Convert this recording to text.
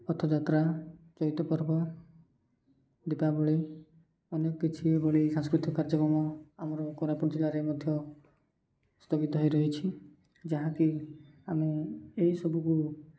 ରଥଯାତ୍ରା ଚୈତ ପର୍ବ ଦୀପାବଳି ଅନେକ କିଛିଭଳି ସାଂସ୍କୃତିକ କାର୍ଯ୍ୟକ୍ରମ ଆମର କୋରାପୁଟ ଜିଲ୍ଲାରେ ମଧ୍ୟ ସ୍ଥାପିତ ହେଇ ରହିଛି ଯାହାକି ଆମେ ଏହିସବୁକୁ